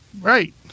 Right